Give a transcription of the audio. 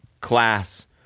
class